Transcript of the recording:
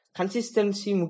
Consistency